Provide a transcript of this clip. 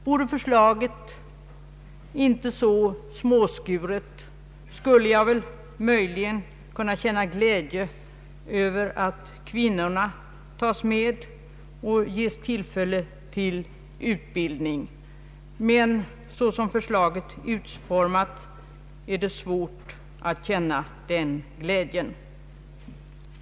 Vore förslaget inte så småskuret, skulle jag möjligen kunna känna glädje över att kvinnorna tas med och ges tillfälle till utbildning, men såsom förslaget utformats är det svårt att känna den glädjen.